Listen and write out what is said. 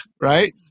right